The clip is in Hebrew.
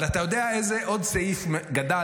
אבל אתה יודע איזה עוד סעיף גדל?